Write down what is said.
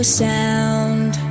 sound